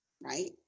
right